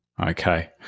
Okay